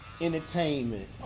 entertainment